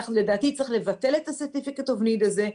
לדעתי צריך לבטל את ה-Certificate of need הזה,